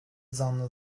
zanlı